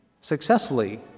successfully